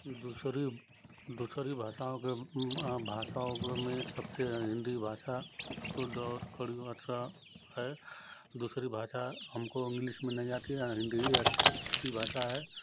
ये दूसरी दूसरी भाषाओं के भाषाओं में सबसे हिंदी भाषा शुद्ध और कड़वी भाषा है दूसरी भाषा हमको इंग्लिश में नहीं आती है हिंदी ही आती अच्छी भाषा है